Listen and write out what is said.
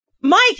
Mike